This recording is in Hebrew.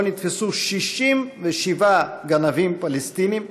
שבו נתפסו 67 גנבים פלסטינים,